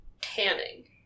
tanning